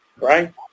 right